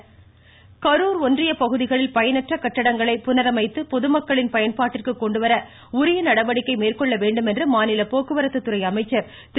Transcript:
விஜயபாஸ்கர் ஒன்றிய பகுதிகளில் பயனற்ற கட்டிடங்களை கரூர் புனரமைத்து பொதுமக்களின் பயன்பாட்டிற்கு கொண்டு வர உரிய நடவடிக்கைகள் மேற்கொள்ள வேண்டும் என்று மாநில போக்குவரத்து துறை அமைச்சர் திரு